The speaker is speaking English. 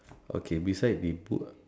okay beside we put